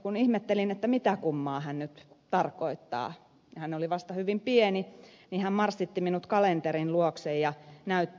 kun ihmettelin mitä kummaa hän nyt tarkoittaa kun hän oli vasta hyvin pieni niin hän marssitti minut kalenterin luokse ja näytti